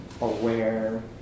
aware